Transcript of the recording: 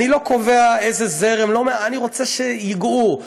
אני לא קובע איזה זרם, אני רוצה שייגעו.